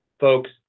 folks